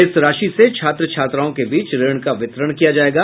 इस राशि से छात्र छात्राओं के बीच ऋण का वितरण किया जायेगा